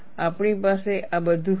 આપણી પાસે આ બધું હશે